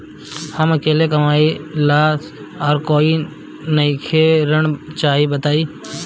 हम अकेले कमाई ला और कोई नइखे ऋण चाही बताई?